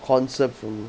concept from